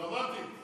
דרמטית.